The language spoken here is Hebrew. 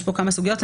יש פה כמה סוגיות.